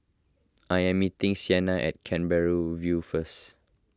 I am meeting Sienna at Canberra View first